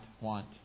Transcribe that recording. want